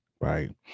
right